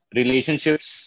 relationships